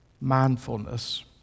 mindfulness